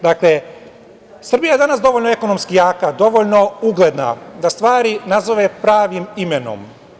Dakle, Srbija je danas dovoljno ekonomski jaka, dovoljno ugledna da stvari nazove pravim imenom.